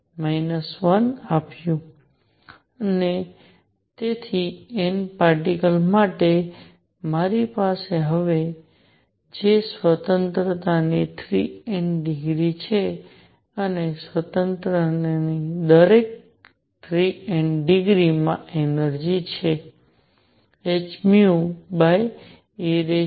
ને તેથી N particles માટે મારી પાસે હશે જે સ્વતંત્રતાની 3 N ડિગ્રી છે અને સ્વતંત્રતાની દરેક 3 N ડિગ્રીમાં એનર્જિ છે hehνkT 1